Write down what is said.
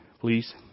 please